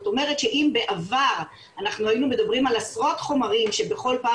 זאת אומרת שאם בעבר אנחנו היינו מדברים על עשרות חומרים שבכל פעם